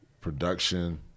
Production